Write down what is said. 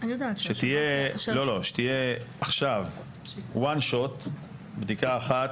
שתהיה עכשיו בדיקה אחת.